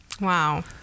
Wow